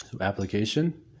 Application